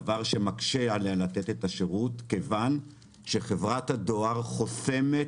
דבר שמקשה עליה לתת את השירות כיוון שחברת הדואר חוסמת